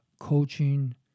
coaching